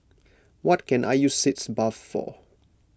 what can I use Sitz Bath for